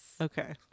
Okay